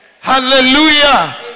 hallelujah